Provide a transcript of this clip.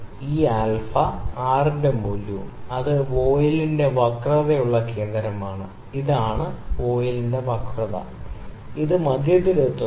R ന്റെ മൂല്യം അത് വോയിലിന്റെ വക്രതയുടെ കേന്ദ്രമാണ് ഇതാണ് വോയിലിന്റെ വക്രത ഇത് മധ്യത്തിൽ എത്തുമ്പോൾ ഇത് വ്യത്യാസപ്പെടുന്നു